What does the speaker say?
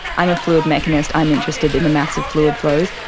i'm a fluid mechanist, i'm interested in the maths of fluid flows.